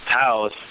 house